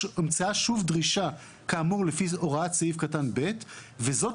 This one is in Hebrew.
הומצאה שוב דרישה כאמור לפי הוראות סעיף קטן (ב) וזאת